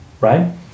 right